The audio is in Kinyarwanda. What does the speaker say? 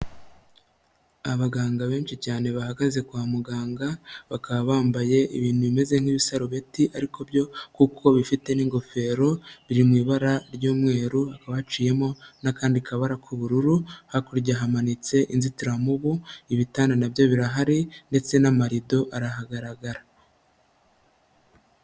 Abaganga benshi cyane bahagaze kwa muganga, bakaba bambaye ibintu bimeze nk'ibisarubeti ariko byo kuko bifite n'ingofero, biri mu ibara ry'umweru hakaba haciyemo n'akandi kabara k'ubururu, hakurya hamanitse inzitiramubu, ibitanda na byo birahari, ndetse n'amarido arahagaragara.